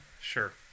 Sure